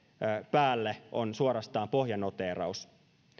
päälle on suorastaan pohjanoteeraus